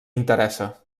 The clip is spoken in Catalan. interessa